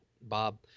Bob